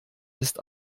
ist